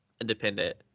independent